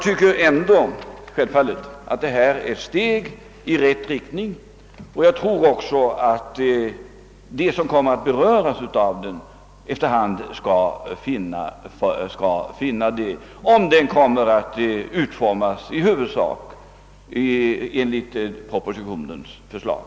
Den är dock ett steg i rätt riktning, och det tror jag att de som kommer att beröras av den också skall finna, om den utformas i huvudsak i enlighet med propositionens förslag.